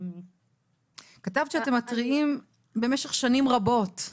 כתבת שאתם מתריעים במשך שנים רבות.